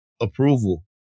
approval